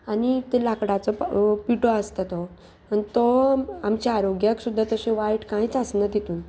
आनी ते लाकडाचो पिटो आसता तो आनी तो आमच्या आरोग्याक सुद्दा तशें वायट कांयच आसना तितून